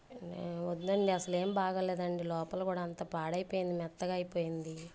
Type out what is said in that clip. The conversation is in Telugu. వద్దులేండి అసలేం బాగా లేదండి లోపల కూడా అంత పాడైపోయింది మెత్తగా అయిపోయింది